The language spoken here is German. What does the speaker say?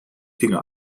finger